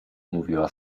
mówiła